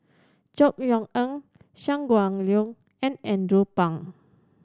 Chor Yeok Eng Shangguan Liuyun and Andrew Phang